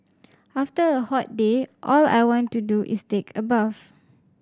after a hot day all I want to do is take a bath